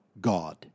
God